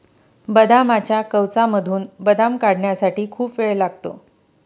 बदामाच्या कवचामधून बदाम काढण्यासाठी खूप वेळ लागतो